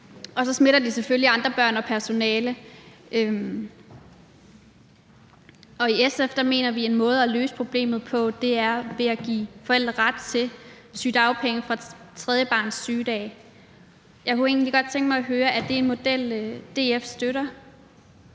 og så smitter de selvfølgelig andre børn og personalet. I SF mener vi, at en måde at løse problemet på er at give forældre ret til sygedagpenge fra barnets tredje sygedag. Jeg kunne egentlig godt tænke mig at høre: Er det en model, DF støtter?